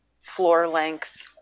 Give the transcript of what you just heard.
floor-length